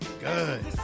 Good